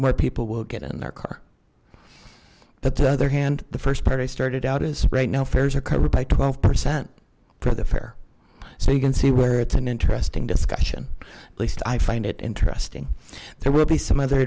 where people will get in their car at the other hand the first part i started out is right now fares are covered by twelve percent for the fare so you can see where it's an interesting discussion at least i find it interesting there will be some other